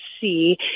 see